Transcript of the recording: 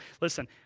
Listen